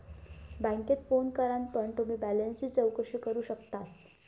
बॅन्केत फोन करान पण तुम्ही बॅलेंसची चौकशी करू शकतास